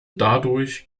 dadurch